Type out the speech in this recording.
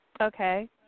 Okay